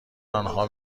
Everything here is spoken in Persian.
آنها